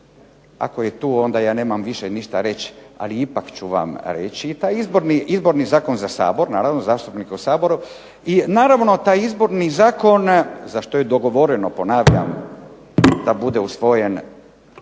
Ako je tu, onda je nemam više ništa reći. Ali ipak ću vam reći. I taj Izborni zakon za Sabor, naravno zastupnike u Saboru i naravno taj Izborni zakon za što je dogovoreno ponavljam da bude usvojen